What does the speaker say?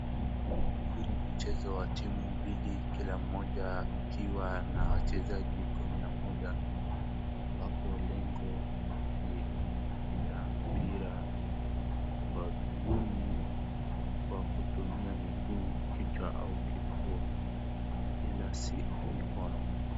Huu ni mchezo wa timu mbili kila mmoja akiwa na wachezaji kumi na mmoja. Hapo lengo ni la mpira wa guuni kwa kutumia miguu, kichwa au kifua ila si mikono.